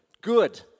good